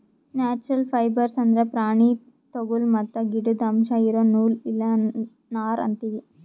natural fibres ಅಂದ್ರ ಪ್ರಾಣಿ ತೊಗುಲ್ ಮತ್ತ್ ಗಿಡುದ್ ಅಂಶ್ ಇರೋ ನೂಲ್ ಇಲ್ಲ ನಾರ್ ಅಂತೀವಿ